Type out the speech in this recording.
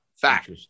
Fact